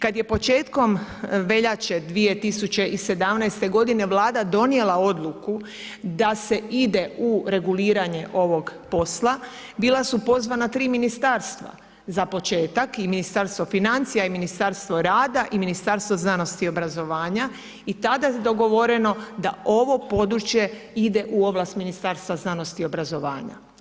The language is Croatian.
Kad je početkom veljače 2017. godine Vlada donijela odluku da se ide u reguliranje ovog posla, bila su pozvana 3 Ministarstva za početak i Ministarstvo financija i Ministarstvo rada i Ministarstvo znanosti i obrazovanja i tada je dogovoreno da ovo područje ide u ovlast Ministarstva znanosti i obrazovanja.